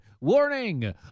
Warning